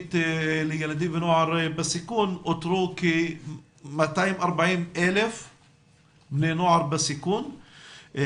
הלאומית לילדים ונוער בסיכון אותרו כ-240,000 בני נוער בסיכון,